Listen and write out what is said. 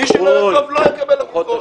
מי שלא יהיה טוב לא יקבל לקוחות.